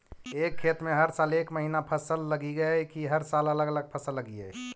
एक खेत में हर साल एक महिना फसल लगगियै कि हर साल अलग अलग फसल लगियै?